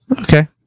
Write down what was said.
Okay